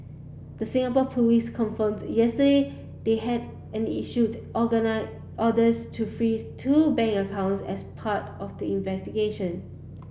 the Singapore police confirmed yesterday they had and issued orders to freeze two bank accounts as part of the investigation